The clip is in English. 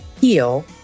heal